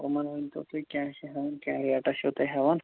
یِمَن ہُنٛد کیٛاہ چھِو ہیٚوان کیٛاہ ریٹا چھَو تُہۍ ہیٚوان